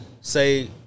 Say